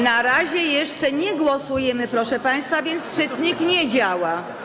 Na razie jeszcze nie głosujemy, proszę państwa, więc czytnik nie działa.